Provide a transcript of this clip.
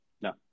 No